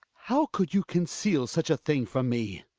how could you conceal such a thing from me!